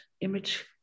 image